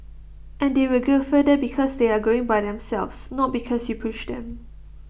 and they will go further because they are going by themselves not because you pushed them